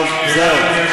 טוב, זהו.